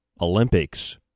Olympics